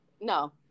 No